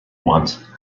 want